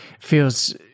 feels